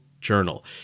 journal